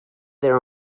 their